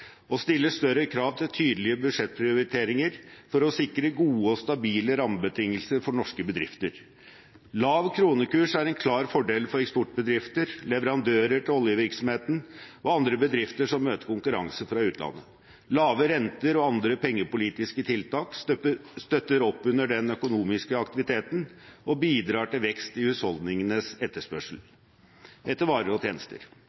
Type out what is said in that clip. og stiller større krav til tydelige budsjettprioriteringer for å sikre gode og stabile rammebetingelser for norske bedrifter. Lav kronekurs er en klar fordel for eksportbedrifter, leverandører til oljevirksomheten og andre bedrifter som møter konkurranse fra utlandet. Lave renter og andre pengepolitiske tiltak støtter opp under den økonomiske aktiviteten og bidrar til vekst i husholdningenes etterspørsel etter varer og